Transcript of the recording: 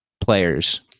players